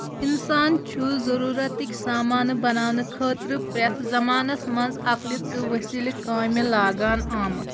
اِنسان چھُ ضروٗرَتٕکۍ سامانہٕ بَناونہٕ خٲطرٕ پرٮ۪تھ زَمانَس منٛز عقلی تہٕ ؤسیٖلٕکۍ کامہِ لاگان آمُت